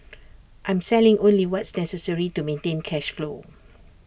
I'm selling only what's necessary to maintain cash flow